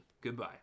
Goodbye